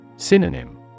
Synonym